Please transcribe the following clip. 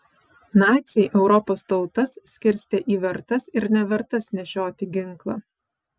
naciai europos tautas skirstė į vertas ir nevertas nešioti ginklą